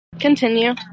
Continue